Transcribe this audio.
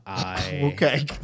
Okay